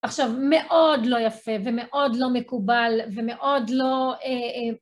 עכשיו, מאוד לא יפה ומאוד לא מקובל ומאוד לא...